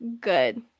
good